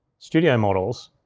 studio models,